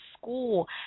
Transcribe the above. school